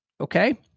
okay